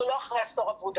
אחרי עשור אבוד,